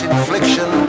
infliction